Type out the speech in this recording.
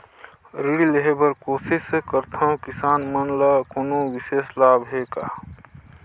ऋण लेहे बर कोशिश करथवं, किसान मन ल कोनो विशेष लाभ हे का?